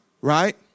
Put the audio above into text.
right